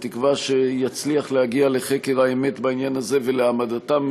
בתקווה שיצליח להגיע לחקר האמת בעניין הזה ולהעמדתם